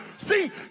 See